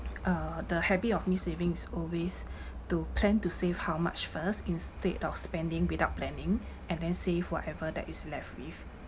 uh the habit of me saving is always to plan to save how much first instead of spending without planning and then save whatever that is left with